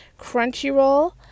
Crunchyroll